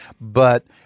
But-